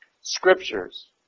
scriptures